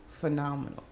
phenomenal